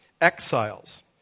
exiles